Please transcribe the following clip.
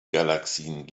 galaxien